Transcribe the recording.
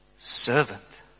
Servant